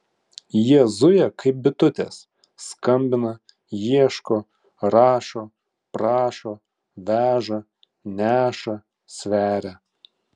jie zuja kaip bitutės skambina ieško rašo prašo veža neša sveria